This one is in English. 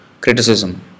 criticism